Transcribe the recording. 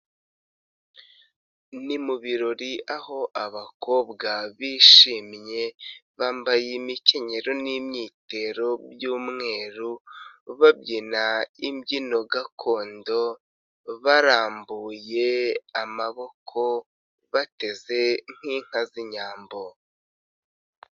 Ni mu birori, aho abakobwa bishimye, bambaye imikenyero n'imyitero by'umweru, babyina imbyino gakondo, barambuye amaboko, bateze nk'inka z'inyambo.